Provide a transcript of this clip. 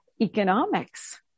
economics